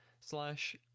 slash